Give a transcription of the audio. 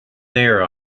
there